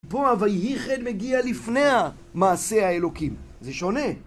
בואה ואייכן מגיע לפניה מעשה האלוקים. זה שונה.